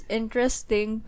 interesting